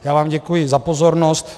Já vám děkuji za pozornost.